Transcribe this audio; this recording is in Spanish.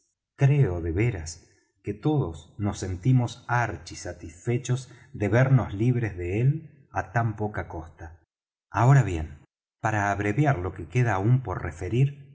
creo de veras que todos nos sentimos archisatisfechos de vernos libres de él á tan poca costa ahora bien para abreviar lo que aún queda por referir